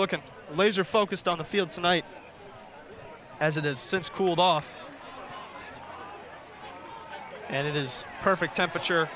weekend laser focused on the field tonight as it has since cooled off and it is perfect temperature